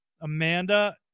Amanda